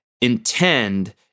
Intend